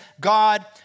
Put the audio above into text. God